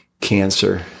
cancer